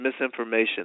misinformation